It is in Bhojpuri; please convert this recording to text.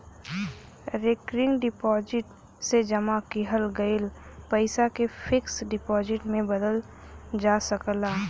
रेकरिंग डिपाजिट से जमा किहल गयल पइसा के फिक्स डिपाजिट में बदलल जा सकला